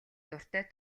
дуртай